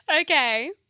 Okay